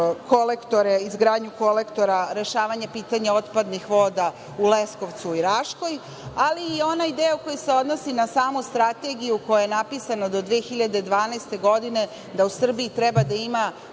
vezan za izgradnju kolektora, rešavanje pitanja otpadnih voda u Leskovcu i Raškoj, ali i onaj deo koji se odnosi na samu strategiju koja je napisana do 2012. godine, da u Srbiji treba da ima